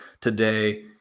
today